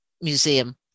Museum